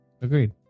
agreed